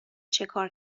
چکار